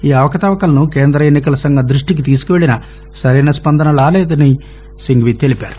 ఈ అవకతవకలను కేంద్ర ఎన్నికల సంఘం దృష్టికి తీసుకెళ్లినా సరైన స్పందన రాలేదని సింఘ్వీ తెలిపారు